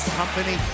company